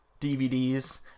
DVDs